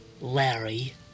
Larry